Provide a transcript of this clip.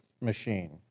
machine